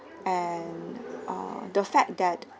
and err the fact that